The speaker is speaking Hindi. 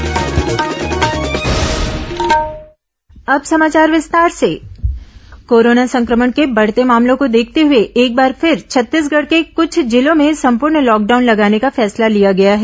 लॉकडाउन कोरोना संक्रमण के बढ़ते मामलों को देखते हुए एक बार फिर छत्तीसगढ़ के कुछ जिलों में संपूर्ण लॉकडाउन लगाने का फैसला लिया गया है